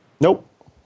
Nope